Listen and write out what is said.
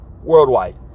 worldwide